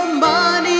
money